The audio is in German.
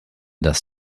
das